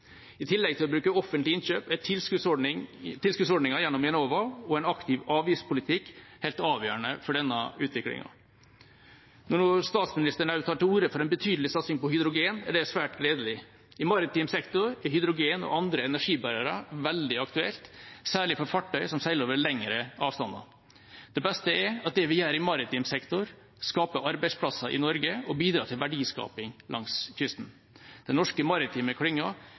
I tillegg til å bruke offentlige innkjøp er tilskuddsordninger gjennom Enova og en aktiv avgiftspolitikk helt avgjørende for denne utviklingen. Når statsministeren også tar til orde for en betydelig satsing på hydrogen, er det svært gledelig. I maritim sektor er hydrogen og andre energibærere veldig aktuelt, særlig for fartøy som seiler over lengre avstander. Det beste er at det vi gjør i maritim sektor, skaper arbeidsplasser i Norge og bidrar til verdiskaping langs kysten. Den norske maritime